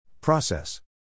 Process